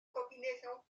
combinaisons